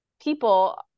people